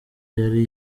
yari